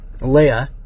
Leia